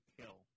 Kill